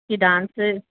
की डांस